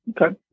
Okay